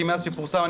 כי מאז שזה פורסם,